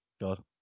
God